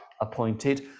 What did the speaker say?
appointed